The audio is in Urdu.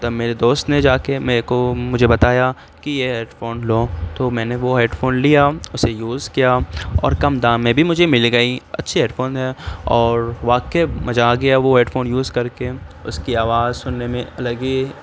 تب میرے دوست نے جا کے میرے کو مجھے بتایا کہ یہ ہیڈ فون لو تو میں نے وہ ہیڈ فون لیا اسے یوز کیا اور کم دام میں بھی مجھے مل گئی اچھی ہیڈ فون ہے اور واقعی مزہ آ گیا وہ ہیڈ فون یوز کر کے اس کی آواز سننے میں الگ ہی